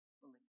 believe